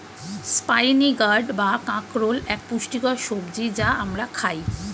spiny gourd বা কাঁকরোল এক পুষ্টিকর সবজি যা আমরা খাই